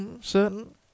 Certain